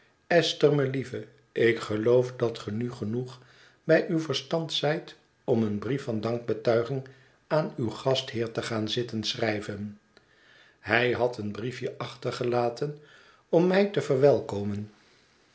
esther melieve ik geloof dat ge nu genoeg bij uw verstand zijt om een brief van dankbetuiging aan uw gastheer te gaan zitten schrijven hij had een briefje achtergelaten om mij te verwelkomen